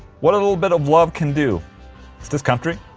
what a little bit of love can do is this country?